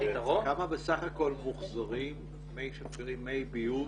כמה בסך הכול מוחזרים מים שפירים, מי ביוב?